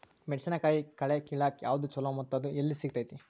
ಮೆಣಸಿನಕಾಯಿ ಕಳೆ ಕಿಳಾಕ್ ಯಾವ್ದು ಛಲೋ ಮತ್ತು ಅದು ಎಲ್ಲಿ ಸಿಗತೇತಿ?